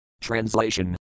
Translation